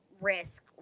risk